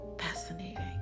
fascinating